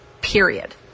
period